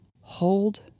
hold